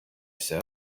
said